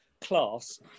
class